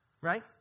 right